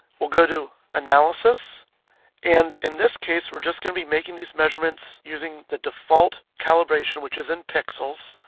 we'll go to analysis and in this case, we're just going to be making these measurements using the default calibration, which is in pixels.